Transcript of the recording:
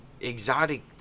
exotic